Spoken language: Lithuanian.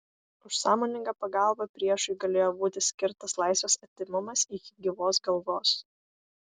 už sąmoningą pagalbą priešui galėjo būti skirtas laisvės atėmimas iki gyvos galvos